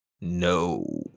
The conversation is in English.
no